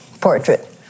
portrait